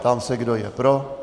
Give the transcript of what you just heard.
Ptám se, kdo je pro.